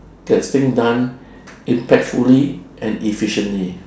get things done impactfully and efficiently